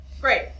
Great